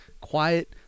quiet